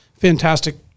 fantastic